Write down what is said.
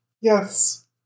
Yes